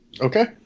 Okay